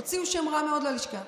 הוציאו שם רע מאוד ללשכה.